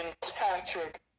Patrick